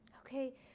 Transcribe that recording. Okay